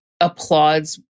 applauds